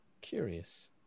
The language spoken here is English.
Curious